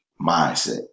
mindset